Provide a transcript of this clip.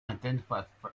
identify